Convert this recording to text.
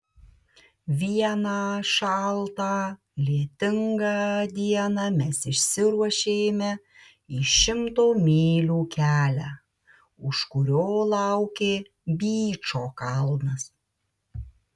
vieną šaltą lietingą dieną mes išsiruošėme į šimto mylių kelią už kurio laukė byčo kalnas